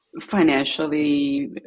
financially